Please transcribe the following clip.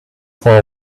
for